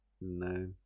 No